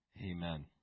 Amen